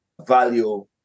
value